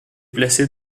placé